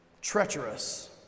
treacherous